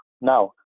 Now